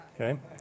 okay